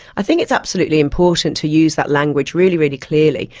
i think it's absolutely important to use that language really, really clearly,